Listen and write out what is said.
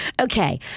Okay